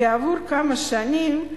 כעבור כמה שנים,